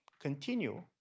continue